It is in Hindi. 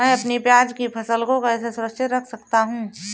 मैं अपनी प्याज की फसल को कैसे सुरक्षित रख सकता हूँ?